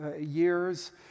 years